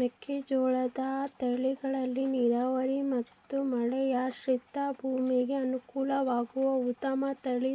ಮೆಕ್ಕೆಜೋಳದ ತಳಿಗಳಲ್ಲಿ ನೇರಾವರಿ ಮತ್ತು ಮಳೆಯಾಶ್ರಿತ ಭೂಮಿಗೆ ಅನುಕೂಲವಾಗುವ ಉತ್ತಮ ತಳಿ